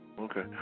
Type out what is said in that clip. Okay